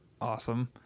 awesome